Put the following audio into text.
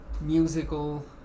musical